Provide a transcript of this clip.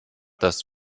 dass